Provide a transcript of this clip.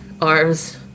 arms